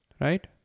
Right